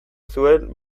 zuen